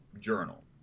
journal